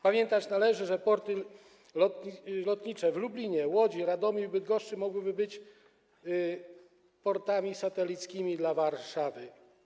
Pamiętać należy, że porty lotnicze w Lublinie, Łodzi, Radomiu i Bydgoszczy mogłyby być portami satelickimi dla Warszawy.